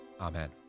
Amen